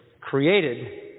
created